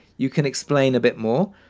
you can explain a bit more,